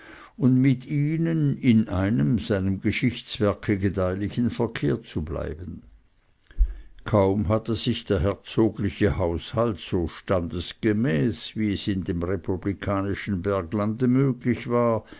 und mit ihnen in einem seinem geschichtswerke gedeihlichen verkehr zu bleiben kaum hatte sich der herzogliche haushalt so standesgemäß wie es in dem republikanischen berglande möglich war